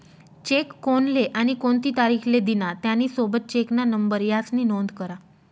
check कोनले आणि कोणती तारीख ले दिना, त्यानी सोबत चेकना नंबर यास्नी नोंद करा